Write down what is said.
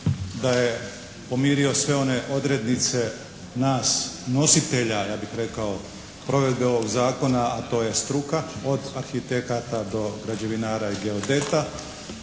da je pomirio sve one odrednice nas nositelja, ja bih rekao provedbe ovog zakona a to je struka od arhitekata do građevinara i geodeta,